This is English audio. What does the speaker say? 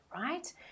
right